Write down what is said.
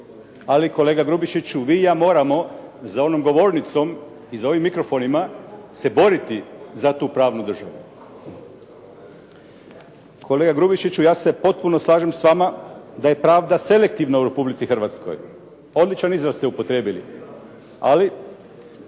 Ali kolega Grubišiću, vi i ja moramo za onom govornicom i za ovim mikrofonima se boriti za tu pravnu državu. Kolega Grubišiću, ja se potpuno slažem s vama da je pravda selektivna u Republici Hrvatskoj. Odličan izraz ste upotrijebili. Ali